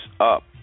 up